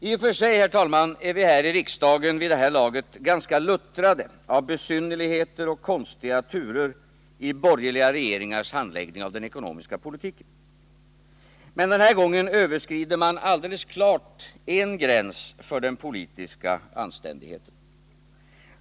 I och för sig, herr talman, är vi här i riksdagen vid det här laget ganska luttrade av besynnerligheter och konstiga turer i borgerliga regeringars handläggning av den ekonomiska politiken. Men den här gången överskrider man alldeles klart en gräns för den politiska anständigheten.